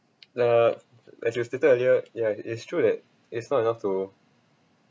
uh as you stated earlier yeah it's true that it's not enough to